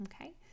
Okay